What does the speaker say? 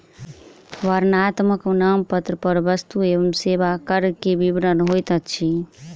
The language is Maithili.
वर्णनात्मक नामपत्र पर वस्तु एवं सेवा कर के विवरण होइत अछि